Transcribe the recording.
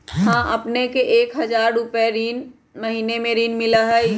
हां अपने के एक हजार रु महीने में ऋण मिलहई?